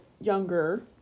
younger